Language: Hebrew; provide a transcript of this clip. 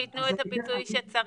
שייתנו את הפיצוי שצריך,